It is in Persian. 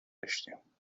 داشتیم